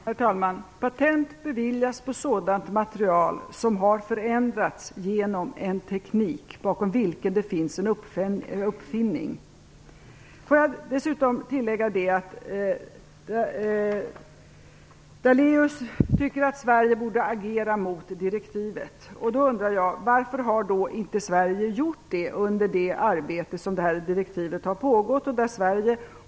Herr talman! Patent beviljas på sådant material som har förändrats genom en teknik bakom vilken det finns en uppfinning. Daléus tycker att Sverige borde agera mot direktivet. Varför har inte Sverige gjort det under den tid som arbetet med det här direktivet har pågått.